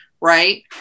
right